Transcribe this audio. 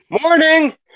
Morning